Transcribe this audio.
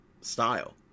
style